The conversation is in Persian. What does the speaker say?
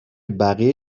بقیه